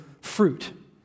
fruit